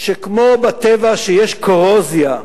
שכמו שבטבע יש קורוזיה,